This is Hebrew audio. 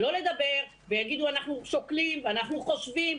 ולא שיגידו: אנחנו שוקלים ואנחנו חושבים.